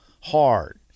hard